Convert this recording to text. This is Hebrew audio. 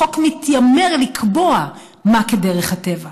החוק מתיימר לקבוע מה כדרך הטבע.